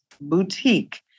Boutique